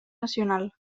nacional